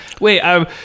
wait